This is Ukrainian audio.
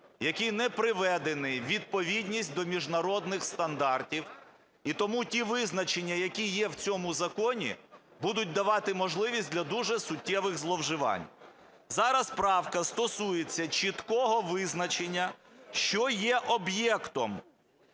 який не приведений у відповідність до міжнародних стандартів. І тому ті визначення, які є в цьому законі, будуть давати можливість для дуже суттєвих зловживань. Зараз правка стосується чіткого визначення, що є об'єктом